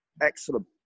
Excellent